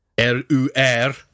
r-u-r